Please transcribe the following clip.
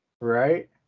Right